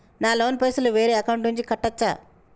నా లోన్ పైసలు వేరే వాళ్ల అకౌంట్ నుండి కట్టచ్చా?